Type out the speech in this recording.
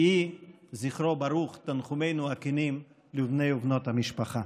יהי זכרו ברוך, תנחומינו הכנים לבני ובנות המשפחה.